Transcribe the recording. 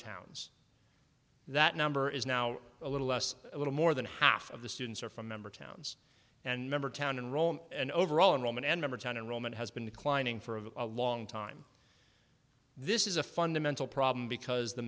towns that number is now a little less a little more than half of the students are from member towns and member town in rome and overall in roman and number ten in roman has been declining for of a long time this is a fundamental problem because the